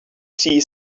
see